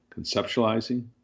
conceptualizing